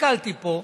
הסתכלתי פה,